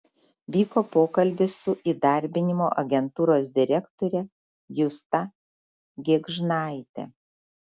vyko pokalbis su įdarbinimo agentūros direktore justa gėgžnaite